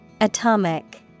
Atomic